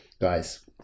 guys